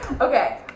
Okay